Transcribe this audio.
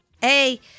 Hey